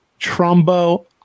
Trumbo